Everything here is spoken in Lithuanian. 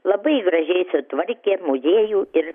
labai gražiai sutvarkė muziejų ir